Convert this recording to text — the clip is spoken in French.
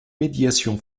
médiation